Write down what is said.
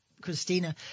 Christina